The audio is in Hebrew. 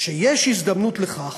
כשיש הזדמנות לכך,